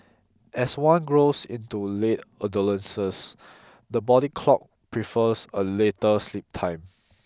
as one grows into late adolescence the body clock prefers a later sleep time